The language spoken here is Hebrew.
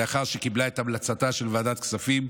לאחר שקיבלה את המלצתה של ועדת הכספים,